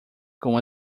com